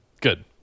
Good